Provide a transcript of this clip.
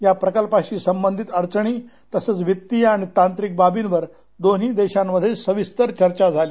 या प्रकल्पाशी संबधित अडचणी तसंच वित्तीय आणि तांत्रिक बाबींवर दोन्ही देशांमध्ये सविस्तर चर्चा झाली